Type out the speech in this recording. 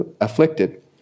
afflicted